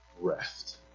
rest